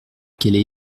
qu’elle